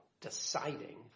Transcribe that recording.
deciding